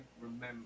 remember